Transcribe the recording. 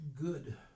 good